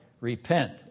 repent